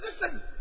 listen